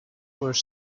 were